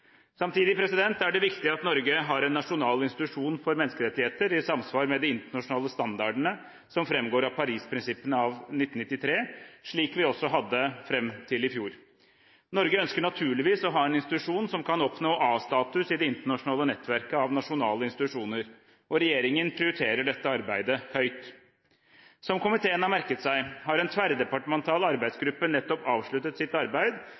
Samtidig er det viktig at Norge har en nasjonal institusjon for menneskerettigheter i samsvar med de internasjonale standardene som fremgår av Paris-prinsippene av 1993, slik vi også hadde fram til i fjor. Norge ønsker naturligvis å ha en institusjon som kan oppnå A-status i det internasjonale nettverket av nasjonale institusjoner, og regjeringen prioriterer dette arbeidet høyt. Som komiteen har merket seg, har en tverrdepartemental arbeidsgruppe nettopp avsluttet sitt arbeid